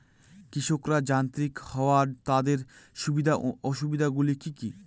কৃষকরা যান্ত্রিক হওয়ার তাদের সুবিধা ও অসুবিধা গুলি কি কি?